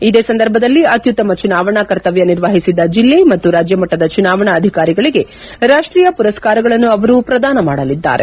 ಇದೇ ಸಂದರ್ಭದಲ್ಲಿ ಅತ್ಯುತ್ತಮ ಚುನಾವಣಾ ಕರ್ತವ್ಯ ನಿರ್ವಹಿಸಿದ ಜಿಲ್ಲೆ ಮತ್ತು ರಾಜ್ಯಮಟ್ಟದ ಚುನಾವಣಾ ಅಧಿಕಾರಿಗಳಿಗೆ ರಾಷ್ಟೀಯ ಪುರಸ್ನಾರಗಳನ್ನು ಅವರು ಪ್ರದಾನ ಮಾಡಲಿದ್ದಾರೆ